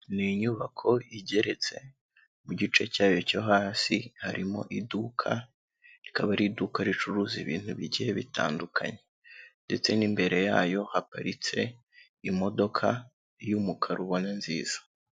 N'inyubako igeretse, mu gice cyayo cyo hasi harimo iduka, rikaba ari iduka ricuruza ibintu bike bitandukanye, ndetse n'imbere yayo haparitse imodoka y'umukara ubona nziza.